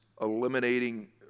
Eliminating